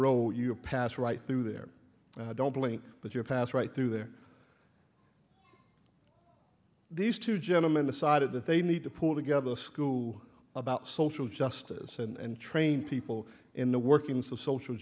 road you pass right through there don't blink but you're pass right through there these two gentlemen decided that they need to put together school about social justice and train people in the workings of social